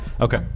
Okay